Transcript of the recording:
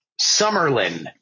Summerlin